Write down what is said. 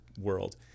world